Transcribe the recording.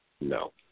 No